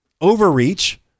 overreach